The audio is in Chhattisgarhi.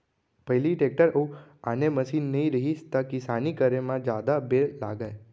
पहिली टेक्टर अउ आने मसीन नइ रहिस त किसानी करे म जादा बेर लागय